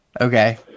Okay